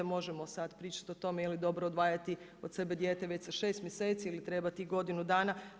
Možemo sad pričati o tome je li dobro odvajati od sebe dijete već sa šest mjeseci ili treba ti godinu dana.